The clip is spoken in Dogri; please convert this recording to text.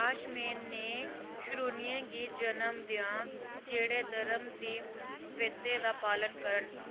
काश में नेह् शरोलिये गी जन्म देआं जेह्ड़े धर्म दी बत्तै दा पालन करन